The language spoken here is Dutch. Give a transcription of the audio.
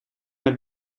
met